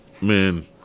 man